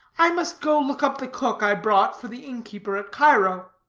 i must go look up the cook i brought for the innkeeper at cairo.